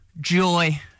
joy